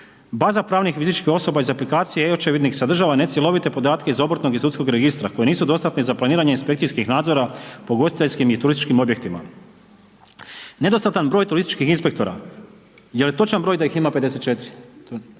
baza pravnih i fizičkih osoba iz aplikacije e-očevidnik sadržava necjelovite podatke iz obrtnog i sudskog registra koji nisu dostatni za planiranje inspekcijskih nadzora po ugostiteljskim i turističkim objektima, nedostatan broj turističkih inspektora, je li točan broj da ih ima 54,